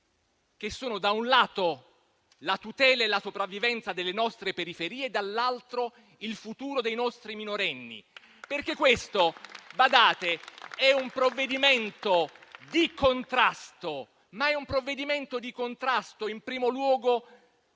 che sono da un lato la tutela e la sopravvivenza delle nostre periferie, dall'altro il futuro dei nostri minorenni. Perché questo - badate - è un provvedimento di contrasto, ma di contrasto in primo luogo